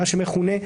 מה שמכונה.